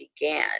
began